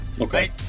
Okay